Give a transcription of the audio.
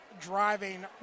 driving